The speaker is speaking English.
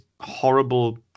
horrible